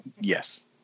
Yes